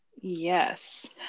Yes